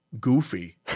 goofy